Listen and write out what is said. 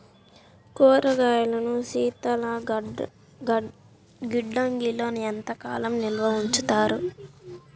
కూరగాయలను శీతలగిడ్డంగిలో ఎంత కాలం నిల్వ ఉంచుతారు?